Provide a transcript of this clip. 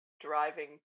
driving